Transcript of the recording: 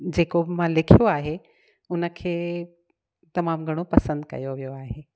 जेको बि मां लिखियो आहे उन खे तमामु घणो पसंदि कयो वियो आहे